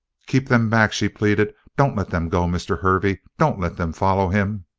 keep them back! she pleaded. don't let them go, mr. hervey. don't let them follow him!